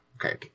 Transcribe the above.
okay